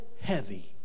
heavy